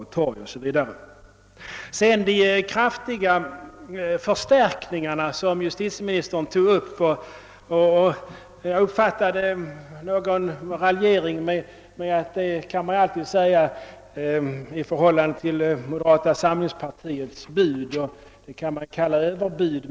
Justitieministern talade om de kraftiga förstärkningarna. Jag uppfattade det så att han raljerade med moderata samlingspartiets utbud, som naturligt vis av justitieministern kan betraktas som »överbud«.